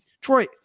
Troy